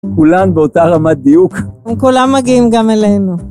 כולן באותה רמת דיוק. הם כולם מגיעים גם אלינו.